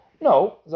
No